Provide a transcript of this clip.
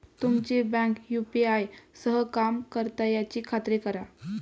तुमची bank UPI सह काम करता याची खात्री करा